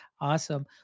Awesome